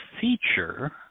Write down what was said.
feature